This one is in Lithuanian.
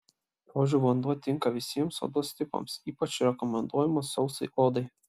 rožių vanduo tinka visiems odos tipams ypač rekomenduojamas sausai odai